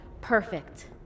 perfect